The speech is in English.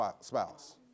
spouse